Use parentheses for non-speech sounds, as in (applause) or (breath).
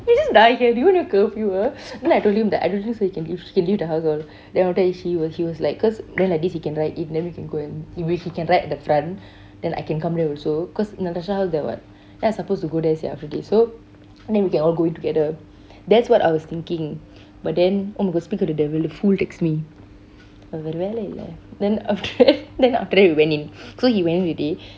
you just die here do you want a curfew uh (breath) I mean I told him that I told him so he can leave he can leave the house all then after that she he was like cause then like this can ride eat then we can go and he can ride in the front then I can come there also cause natasha house there [what] then I supposed to go there sia after this so then we can all go eat together that's what I was thinking but then oh my god speak of the devil the fool text me வேற வேலை இல்லை:veru velai illai then after that (laughs) then after that we went in so he went in already